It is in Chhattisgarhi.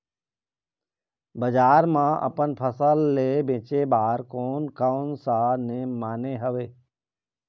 बजार मा अपन फसल ले बेचे बार कोन कौन सा नेम माने हवे?